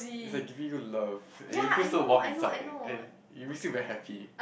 is like giving you love and you feel so warm inside and it makes you very happy